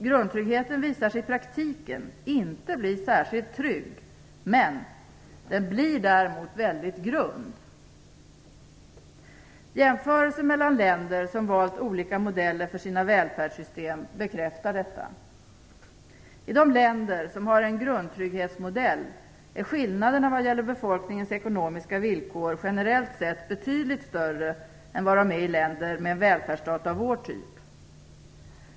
Grundtryggheten visar sig i praktiken inte bli särskilt trygg, men den blir däremot väldigt grund. Jämförelser mellan länder som valt olika modeller för sina välfärdssystem bekräftar detta. I de länder som har en grundtrygghetsmodell är skillnaderna vad gäller befolkningens ekonomiska villkor generellt sett betydligt större än vad de är i länder med en välfärdsstat av vår typ.